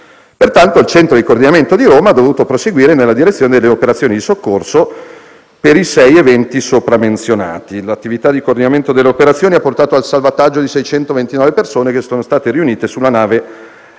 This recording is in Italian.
umane. Il centro di coordinamento di Roma ha quindi dovuto proseguire nella direzione delle operazioni di soccorso per i sei eventi sopramenzionati. L'attività di coordinamento delle operazioni ha portato al salvataggio di 629 persone che sono state riunite sulla nave Aquarius.